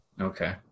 okay